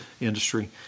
industry